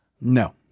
No